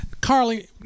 Carly